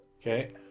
Okay